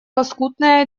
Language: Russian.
лоскутное